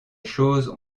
choses